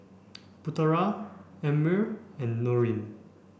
Putera Ammir and Nurin